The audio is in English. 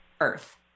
earth